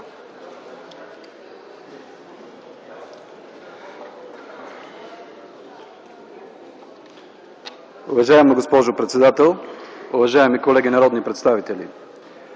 Уважаема госпожо председател, уважаеми колеги народни представители!